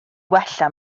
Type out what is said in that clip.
wella